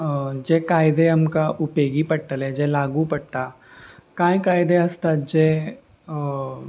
जे कायदे आमकां उपेगी पडटले जे लागू पडटा कांय कायदे आसतात जे